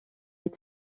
est